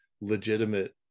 legitimate